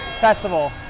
festival